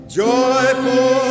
joyful